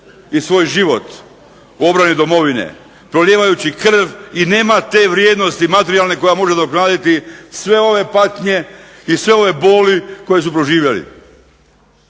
i svoj život u obrani domovine, prolijevajući krv i nema te materijalne vrijednosti koja može nadoknaditi sve one patnje i sve one boli koji su proživjeli.